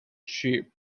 cheap